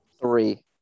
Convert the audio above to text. Three